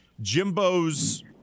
Jimbo's